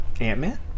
Ant-Man